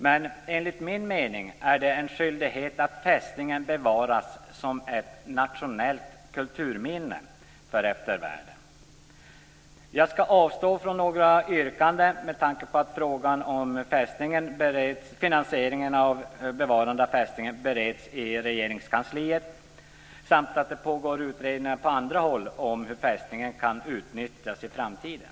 Men enligt min mening är det en skyldighet att fästningen bevaras som ett nationellt kulturminne för eftervärlden. Jag skall avstå från att göra något yrkande med tanke på att frågan om finansieringen av bevarande av fästningen bereds i Regeringskansliet samt att det pågår utredningar på annat håll om hur fästningen kan utnyttjas i framtiden.